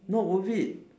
not worth it